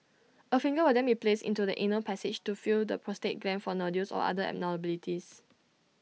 A finger will then be placed into the anal passage to feel the prostate gland for nodules or other abnormalities